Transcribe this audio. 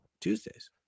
Tuesdays